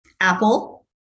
Apple